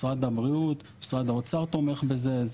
משרד הבריאות משרד האוצר, תומכים בזה.